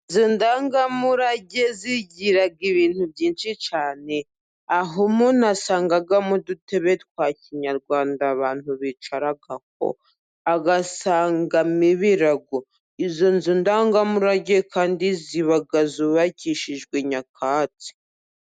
Inzu ndangamurage zigira ibintu byinshi cyane, aho munasangamo udutebe twa kinyarwanda abantu bicaraho, agasangamo ibirago, izo nzu ndangamurage kandi ziba zubakishijwe nyakatsi.